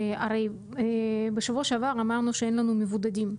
הרי בשבוע שעבר אמרנו שאין לנו מבודדים,